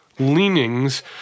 leanings